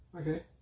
Okay